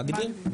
מגדיר.